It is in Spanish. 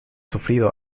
sufrido